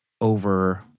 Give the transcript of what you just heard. over